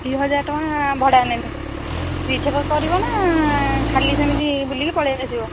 ଦୁଇହଜାର ଟଙ୍କା ଭଡ଼ା ନେମି ରିଜର୍ଭ କରିବ ନା ଖାଲି ସେମିତି ବୁଲିକି ପଳାଇ ଆସିବ